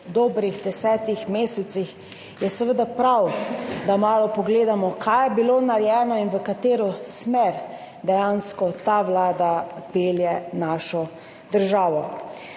po dobrih desetih mesecih prav, da malo pogledamo, kaj je bilo narejeno in v katero smer dejansko ta vlada pelje našo državo.